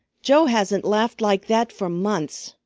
joe hasn't laughed like that for months.